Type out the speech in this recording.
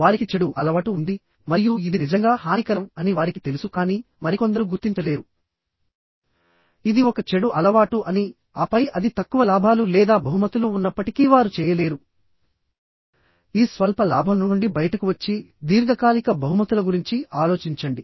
వారికి చెడు అలవాటు ఉంది మరియు ఇది నిజంగా హానికరం అని వారికి తెలుసు కానీ మరికొందరు గుర్తించలేరు ఇది ఒక చెడు అలవాటు అని ఆపై అది తక్కువ లాభాలు లేదా బహుమతులు ఉన్నప్పటికీ వారు చేయలేరు ఈ స్వల్ప లాభం నుండి బయటకు వచ్చి దీర్ఘకాలిక బహుమతుల గురించి ఆలోచించండి